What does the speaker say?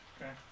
Okay